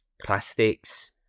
plastics